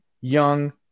young